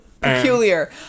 Peculiar